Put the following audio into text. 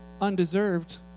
undeserved